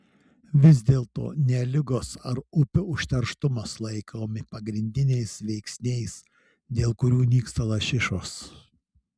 vis dėlto ne ligos ar upių užterštumas laikomi pagrindiniais veiksniais dėl kurių nyksta lašišos